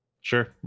Sure